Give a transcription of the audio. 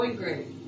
great